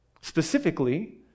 specifically